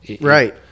Right